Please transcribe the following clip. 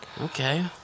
Okay